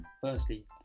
firstly